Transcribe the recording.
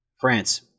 France